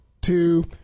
two